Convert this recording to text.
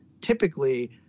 typically